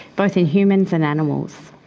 both in humans and animals.